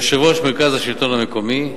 יושב-ראש מרכז השלטון המקומי,